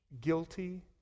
guilty